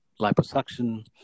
liposuction